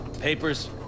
Papers